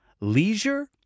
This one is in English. Leisure